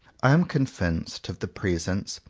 i am convinced of the presence,